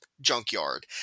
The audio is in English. junkyard